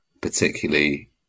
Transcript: particularly